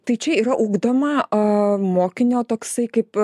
tai čia yra ugdoma o mokinio toksai kaip